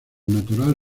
natural